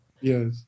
Yes